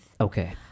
Okay